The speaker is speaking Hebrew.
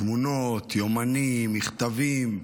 תמונות, יומנים, מכתבים,